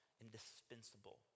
indispensable